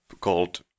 called